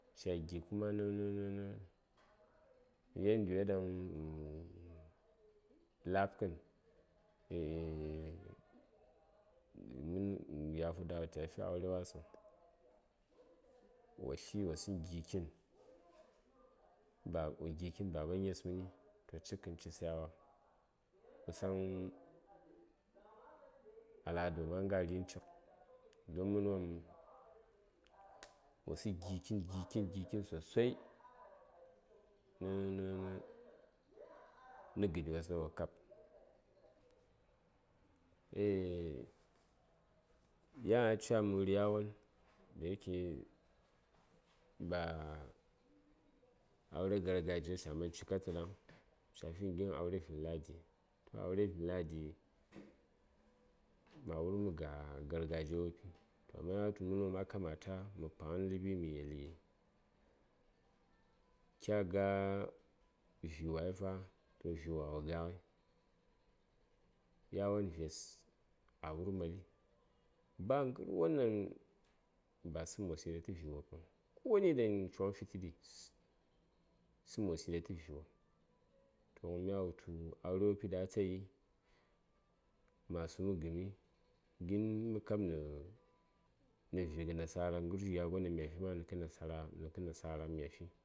ca gi: kuma nə nə nə yandiyo ɗaŋ la:bkən mən yahudawa ca fi aure wasəŋ wo tli wo səŋ gi: kitn bab wo gi: kitn baba gnes mən toh cik kən ci sayawa kusaŋ alada wopm a nga ri:n cik don mənwopm wosəŋ gi: kitn gi: kitn gi: kitn sosai nə nə nə nə gədes ɗaŋ wo kab eah yan a ca məri yawon dayake ba aure gargajiyes taman cika tə ɗaŋ ca finə gin aure vinladi aure vinladi ma wur məga gargajiya wopi amma yantu mən wopm a kamata mə paŋ ləɓi mə yeli kya ga vi: wai fa vi: wa wo ga ghəi yawon ves a wur mali ba ngərwon ɗaŋ ba sumwos ɗa tə vi: wopəŋ koni ɗaŋ coŋ fitə ɗi sum wos ɗa tə vi: wopm toh ghən mya wultu aure wopi ɗaŋ atayi masu mə gəmi gin nə kam ghə nə vik nasara ghəshi gya gon daŋ mya fi ma nəkə nasara ghən mya fi